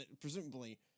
presumably